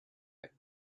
that